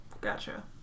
Gotcha